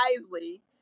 wisely